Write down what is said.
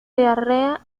diarrea